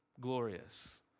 glorious